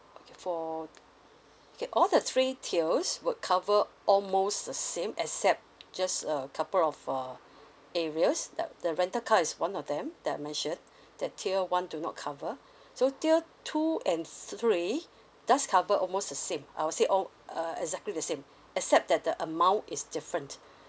okay for okay all the three tiers will cover almost the same except just a couple of uh areas that the rental car is one of them that I mentioned the tier one do not cover so tier two and three does cover almost the same I'll say al~ uh exactly the same except that the amount is different